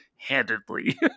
handedly